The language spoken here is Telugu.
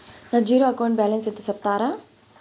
నా జీరో అకౌంట్ బ్యాలెన్స్ ఎంతో సెప్తారా?